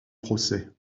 procès